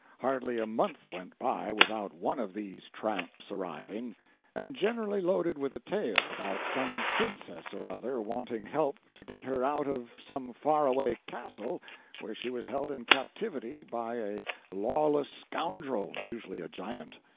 hardly a month went by without one of these tramps arriving and generally loaded with a tale about some princess or other wanting help to get her out of some far-away castle where she was held in captivity by a lawless scoundrel, usually a giant.